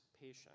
patient